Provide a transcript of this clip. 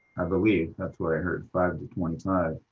i believe that's what i heard, five twenty five.